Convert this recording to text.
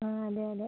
ആ അതെയതെ